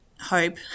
hope